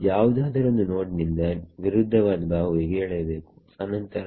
ಯಾವುದಾದರೊಂದು ನೋಡ್ ನಿಂದ ವಿರುದ್ಧ ವಾದ ಬಾಹುವಿಗೆ ಎಳೆಯಬೇಕು ಅನಂತರ